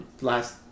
Last